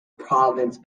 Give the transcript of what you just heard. province